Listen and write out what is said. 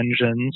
engines